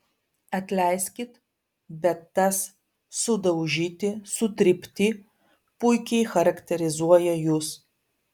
atleiskit bet tas sudaužyti sutrypti puikiai charakterizuoja jus